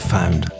Found